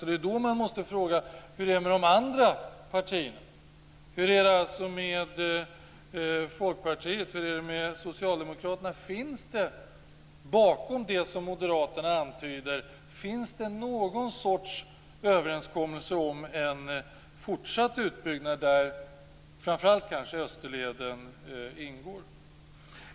Då måste man fråga hur det är med de andra partierna. Hur är det med Folkpartiet? Hur är det med Socialdemokraterna? Finns det, bakom det som Moderaterna antyder, någon sorts överenskommelse om en fortsatt utbyggnad där framför allt Österleden ingår?